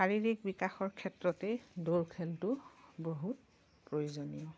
শাৰীৰিক বিকাশৰ ক্ষেত্ৰতেই দৌৰ খেলটো বহুত প্ৰয়োজনীয়